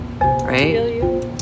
Right